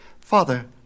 Father